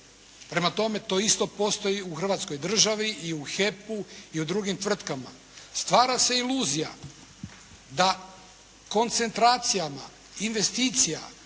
Prema tome, to isto postoji u Hrvatskoj državi i u HEP-u i u drugim tvrtkama. Stvara se iluzija da koncentracijama investicija